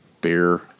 beer